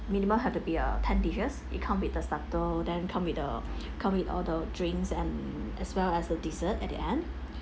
minimum have to be a ten dishes it comes with a starter then come the come with all the drinks and as well as a dessert at the end